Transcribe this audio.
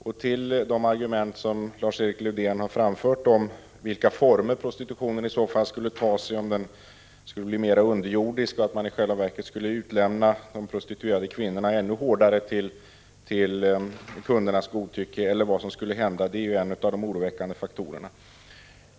Lars-Erik Lövdén har här framfört argument om vilka former prostitutionen i så fall skulle ta sig — om den skulle bli mer underjordisk och om man i själva verket skulle utlämna de prostituerade kvinnorna ännu hårdare till kundernas godtycke, eller vad som skulle hända. Detta är en av de oroväckande faktorerna.